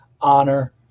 honor